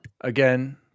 Again